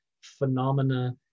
phenomena